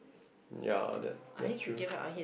ya that that's true